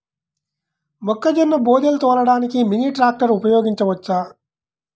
మొక్కజొన్న బోదెలు తోలడానికి మినీ ట్రాక్టర్ ఉపయోగించవచ్చా?